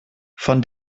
von